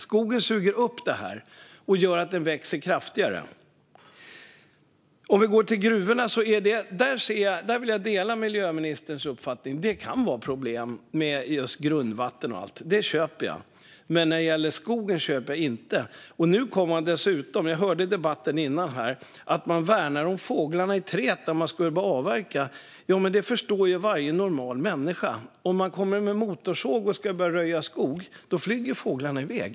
Skogen suger upp det här och växer kraftigare. När det gäller gruvorna delar jag miljöministerns uppfattning: Det kan vara problem med just grundvatten och allt. Det köper jag. Men när det gäller skogen köper jag det inte. Jag hörde debatten innan om att värna om fåglarna i träden när man ska börja avverka. Men det förstår ju varje normal människa att om man kommer med en motorsåg och börjar röja skog flyger fåglarna i väg.